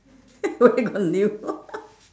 where got new